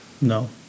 no